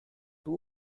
two